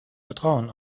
vertrauen